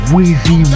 Weezy